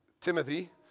Timothy